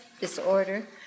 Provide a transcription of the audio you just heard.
disorder